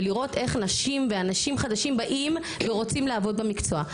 ולראות איך נשים ואנשים חדשים באים ורוצים לעבוד במקצוע.